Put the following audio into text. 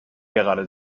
gerade